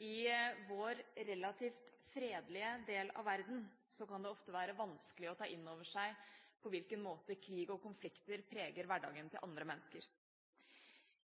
I vår relativt fredelige del av verden kan det ofte være vanskelig å ta inn over seg på hvilken måte krig og konflikter preger hverdagen til andre mennesker.